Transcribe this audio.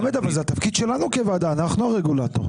חמד, אבל זה התפקיד שלנו כוועדה, אנחנו הרגולטור.